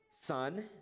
son